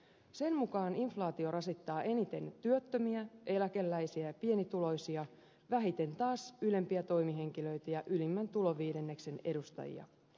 sen mukaan inflaatio rasittaa eniten työttömiä eläkeläisiä ja pienituloisia vähiten taas ylempiä toimihenkilöitä ja ylimmän tuloviidenneksen edustajia